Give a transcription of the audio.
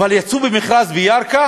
אבל יצאו במכרז בירכא